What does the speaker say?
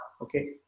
okay